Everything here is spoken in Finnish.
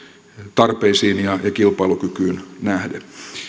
tarpeisiin ja kilpailukykyyn nähden